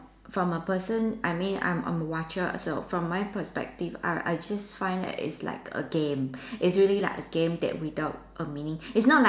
from a person I mean I'm a watcher so from my perspective I I just find that it's like a game it's really like a game that without a meaning it's not like